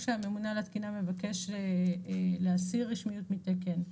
כשהממונה על התקינה מבקש להסיר רשמיות מתקן,